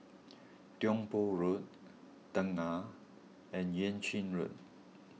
Tiong Poh Road Tengah and Yuan Ching Road